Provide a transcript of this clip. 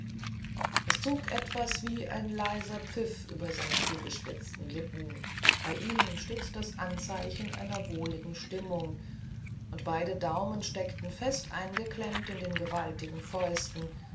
es zog etwas wie ein leiser pfiff über seine gespitzten lippen bei ihm stets das anzeichen einer wohligen stimmung und beide daumen steckten fest eingeklemmt in den gewaltigen fäusten